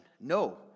No